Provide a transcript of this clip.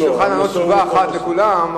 אבל כדי שתוכל לענות תשובה אחת לכולם,